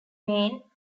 maine